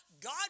God